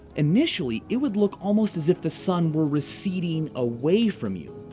initially, it would look almost as if the sun were receding away from you.